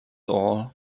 all